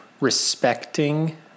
respecting